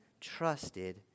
trusted